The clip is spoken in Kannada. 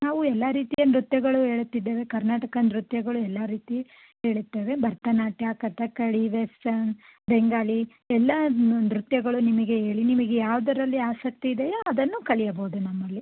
ನಾವು ಎಲ್ಲ ರೀತಿಯ ನೃತ್ಯಗಳು ಹೇಳುತ್ತಿದ್ದೇವೆ ಕರ್ನಾಟಕ ನೃತ್ಯಗಳು ಎಲ್ಲ ರೀತಿ ಹೇಳುತ್ತೇವೆ ಭರತನಾಟ್ಯ ಕಥಕ್ಕಳಿ ವೆಸ್ಟರ್ನ್ ಬೆಂಗಾಳಿ ಎಲ್ಲ ನೃತ್ಯಗಳು ನಿಮಗೆ ಹೇಳಿ ನಿಮಗೆ ಯಾವುದ್ರಲ್ಲಿ ಆಸಕ್ತಿ ಇದೆಯೋ ಅದನ್ನು ಕಲಿಯಬಹುದು ನಮ್ಮಲ್ಲಿ